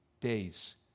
days